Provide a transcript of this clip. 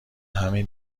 همین